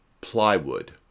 plywood